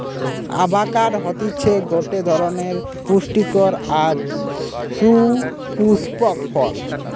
avocado হতিছে গটে ধরণের পুস্টিকর আর সুপুস্পক ফল